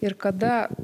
ir kada